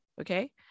okay